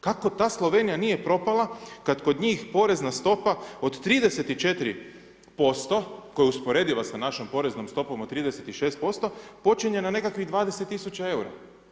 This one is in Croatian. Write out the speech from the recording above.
Kako ta Slovenija nije propala, kad kod njih porezna stopa od 34% koja je usporediva sa našom poreznom stopom od 36% počinje na nekakvih 20 tisuća eura.